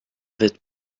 faites